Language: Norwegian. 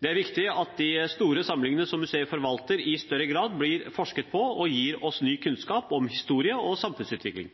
Det er viktig at de store samlingene som museene forvalter, i større grad blir forsket på og gir oss ny kunnskap om historie og samfunnsutvikling.